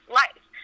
life